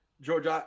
George